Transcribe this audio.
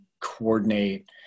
coordinate